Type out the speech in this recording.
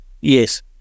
Yes